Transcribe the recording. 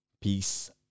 peace